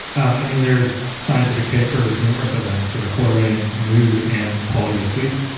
um i mean, there's scientific papers, numerous of them sort of correlating mood and quality of sleep,